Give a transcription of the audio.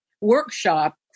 workshop